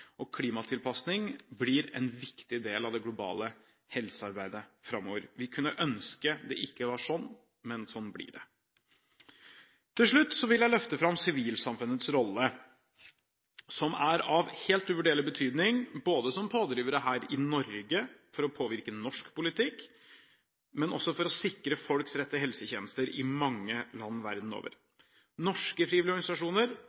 og klimatilpasning blir en viktig del av det globale helsearbeidet framover. Vi kunne ønske at det ikke var slik, men slik blir det. Til slutt vil jeg løfte fram sivilsamfunnets rolle, som er av helt uvurderlig betydning både som pådrivere her i Norge for å påvirke norsk politikk og for å sikre folks rett til helsetjenester i mange land verden over. Norske frivillige organisasjoner